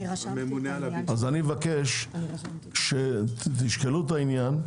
אני מבקש שתשקלו את העניין.